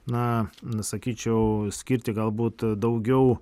na sakyčiau skirti galbūt daugiau